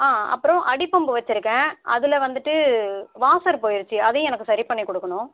ஆ அப்புறோம் அடிப்பம்ப் வச்சுருக்கேன் அதில் வந்துட்டு வாசர் போய்ருச்சு அதையும் எனக்கு சரி பண்ணி கொடுக்குணும்